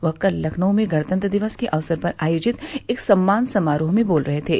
वह कल लखनऊ में गणतंत्र दिवस के अवसर पर आयोजित एक सम्मान समारोह में बोल रहे थे